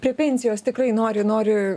prie pensijos tikrai nori nori